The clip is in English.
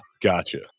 gotcha